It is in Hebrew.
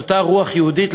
את אותה רוח יהודית,